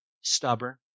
Stubborn